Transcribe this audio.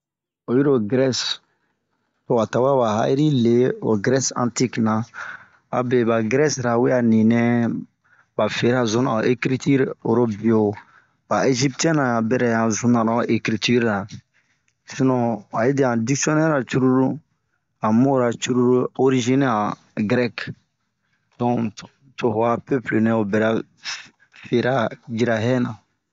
Oyi ro grɛse, towa tawɛ wa ha'iri lii ho grɛse antike na, abe ba grɛse ra we a niinɛɛ, ba fena zuna ho ekritiri, oro bio ba egiptiɛn ra ɲan berɛ ɲan zunra han ekritiri ra. Sinɔ wayi dia han dikisiɔnɛri ra cururu, han mora cururu orizine a han gɛrɛke, donke to ho a pepile nɛ berɛ fena yira hɛna.